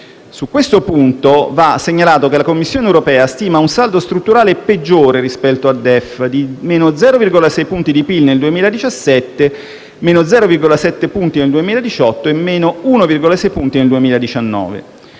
Su questo punto va segnalato che la Commissione europea stima un saldo strutturale peggiore rispetto al DEF di meno 0,6 punti di PIL nel 2017, meno 0,7 punti nel 2018 e meno 1,6 punti nel 2019.